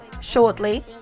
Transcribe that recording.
shortly